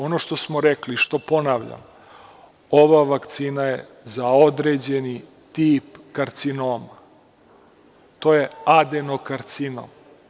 Ono što smo rekli i što ponavljam, ova vakcina je za određeni tip karcinoma, to je adenokarcinom.